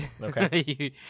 okay